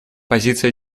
позиция